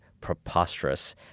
preposterous